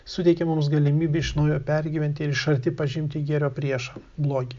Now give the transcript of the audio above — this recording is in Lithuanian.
suteikia mums galimybę iš naujo pergyventi ir iš arti pažinti gėrio priešą blogį